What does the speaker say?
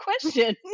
question